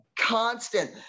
constant